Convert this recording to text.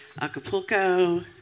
Acapulco